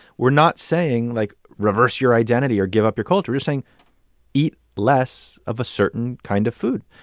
we're not saying, like, reverse your identity or give up your culture. we're saying eat less of a certain kind of food.